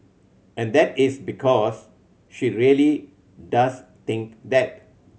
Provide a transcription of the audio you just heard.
and that is because she really does think that